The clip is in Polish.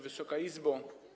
Wysoka Izbo!